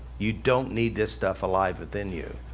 you don't need this stuff alive within you.